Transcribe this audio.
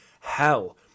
hell